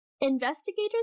Investigators